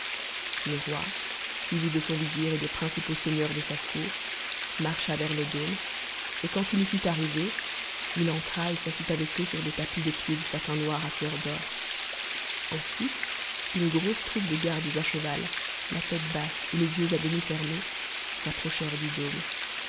le roi suivi de son vizir et des principaux seigneurs de sa cour marcha vers le dôme et quand il y fut arrivé il entra et s'assit avec eux sur des tapis de pied de satin noir à fleurs d'or ensuite une grosse troupe de gardes à cheval la tôte basse et les yeux à demi fermés s'approchèrent du dôme